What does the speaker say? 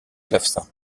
clavecin